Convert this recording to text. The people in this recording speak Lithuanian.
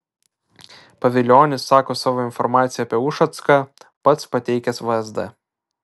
pavilionis sako savo informaciją apie ušacką pats pateikęs vsd